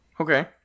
Okay